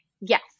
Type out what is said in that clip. yes